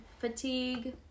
fatigue